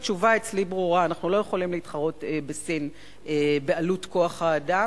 התשובה אצלי ברורה: אנחנו לא יכולים להתחרות בסין בעלות כוח-האדם.